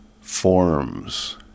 forms